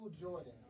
Jordan